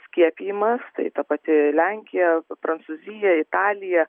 skiepijimas tai ta pati lenkija prancūzija italija